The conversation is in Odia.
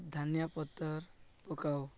ଧାନିଆ ପତର୍ ପକାଉ